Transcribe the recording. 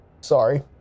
Sorry